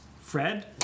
fred